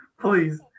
please